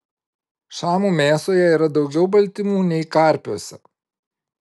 šamų mėsoje yra daugiau baltymų nei karpiuose